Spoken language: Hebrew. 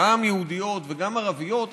גם יהודיות וגם ערביות,